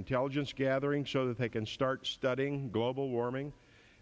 intelligence gathering show that they can start studying global warming